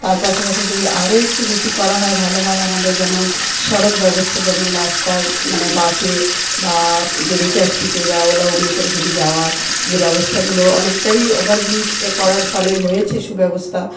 তার পাশাপাশি যদি আরো একটু বেশি করা হয় ভালো হয় আমাদের যেমন সড়ক ব্যবস্থা যেমন রাস্তার মানে বাসে বা যদি ট্যাক্সিতে বা ওলা উবের করে যদি যাওয়ার যে ব্যবস্থাগুলো অনেকটাই ওভারব্রিজ করার ফলে হয়েছে সুব্যবস্থা